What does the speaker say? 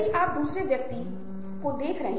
इसलिए एक सकारात्मक सोच रखें